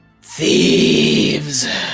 Thieves